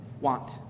want